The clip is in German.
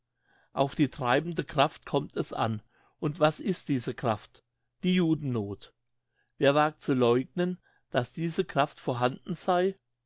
auf die treibende kraft kommt es an und was ist diese kraft die judennoth wer wagt zu leugnen dass diese kraft vorhanden sei